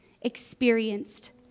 experienced